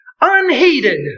unheeded